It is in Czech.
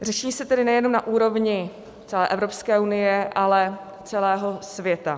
Řeší se tedy nejenom na úrovni celé Evropské unie, ale celého světa.